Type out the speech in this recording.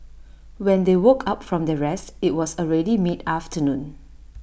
when they woke up from their rest IT was already mid afternoon